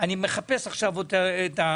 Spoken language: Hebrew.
אני עכשיו מחפש את המתכונת.